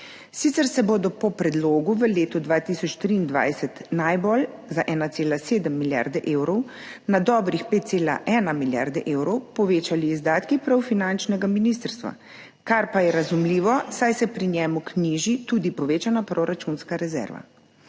Sicer se bodo po predlogu v letu 2023 najbolj, z 1,7 milijarde evrov na dobrih 5,1 milijarde evrov, povečali izdatki prav finančnega ministrstva, kar pa je razumljivo, saj se pri njem knjiži tudi povečana proračunska rezerva.